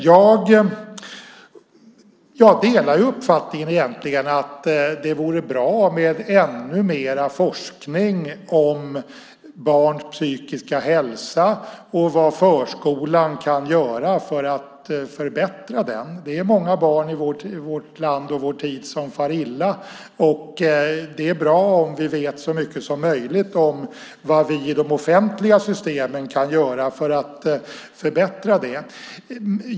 Jag delar uppfattningen att det vore bra med ännu mer forskning om barns psykiska hälsa och vad förskolan kan göra för att förbättra denna. Det är många barn i vårt land och vår tid som far illa, och det är bra om vi vet så mycket som möjligt om vad vi i de offentliga systemen kan göra för att förbättra för dem.